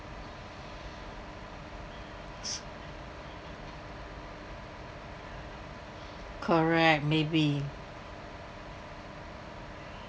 correct maybe